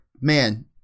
man